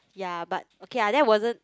ya but okay ah that wasn't